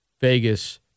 Vegas